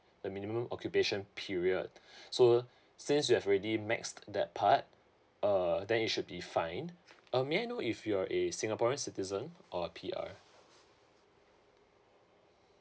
the minimum occupation period so since you have already mets that part uh then it should be fine uh may I know if you are a singaporean citizen or a P_R